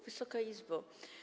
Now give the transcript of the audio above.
Wysoka Izbo!